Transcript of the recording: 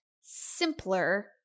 simpler